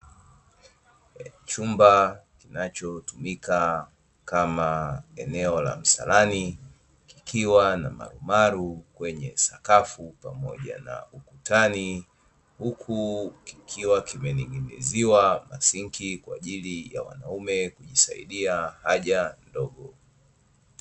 Chumba kinachotumika kama eneo la msalani, kikiwa na marumaru kwenye sakafu pamoja na ukutani, huku kikiwa kimening'iniziwa masinki kwa ajili ya wanaume kujisaidia haja ndogo.